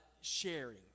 sharing